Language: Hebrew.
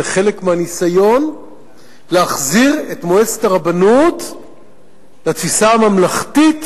זה חלק מהניסיון להחזיר את מועצת הרבנות לתפיסה הממלכתית,